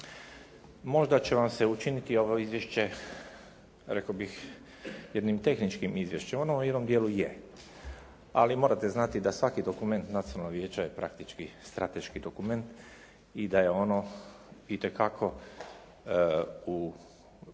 Možda će vam se učiniti ovo izvješće rekao bih jednim tehničkim izvješćem. Ono u jednom dijelu je, ali morate znati da svaki dokument Nacionalnog vijeća je praktički strateški dokument i da je ono itekako